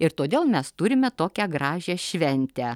ir todėl mes turime tokią gražią šventę